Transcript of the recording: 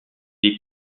est